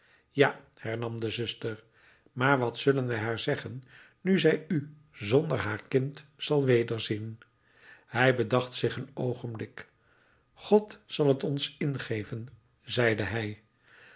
ja hernam de zuster maar wat zullen wij haar zeggen nu zij u zonder haar kind zal wederzien hij bedacht zich een oogenblik god zal t ons ingeven zeide hij